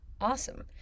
awesome